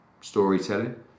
storytelling